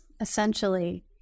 essentially